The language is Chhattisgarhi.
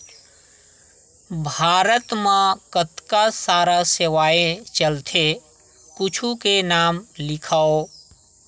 भारत मा कतका सारा सेवाएं चलथे कुछु के नाम लिखव?